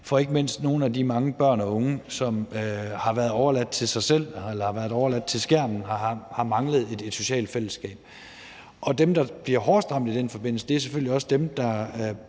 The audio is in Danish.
hos ikke mindst nogle af de mange børn og unge, som har været overladt til sig selv, har været overladt til skærmen, og som har manglet et socialt fællesskab. Dem, der bliver hårdest ramt i den forbindelse, er selvfølgelig også dem, der